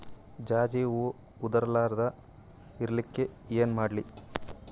ಜಾಜಿ ಹೂವ ಉದರ್ ಲಾರದ ಇರಲಿಕ್ಕಿ ಏನ ಮಾಡ್ಲಿ?